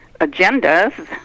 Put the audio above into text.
agendas